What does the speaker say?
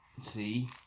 See